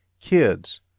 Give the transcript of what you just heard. kids